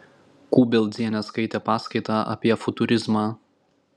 kubeldzienė skaitė paskaitą apie futurizmą